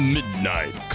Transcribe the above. Midnight